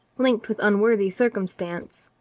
linked with unworthy cir cumstance.